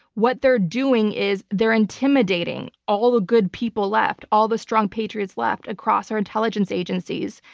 what they're doing is they're intimidating all the good people left, all the strong patriots left across our intelligence agencies,